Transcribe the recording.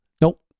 Nope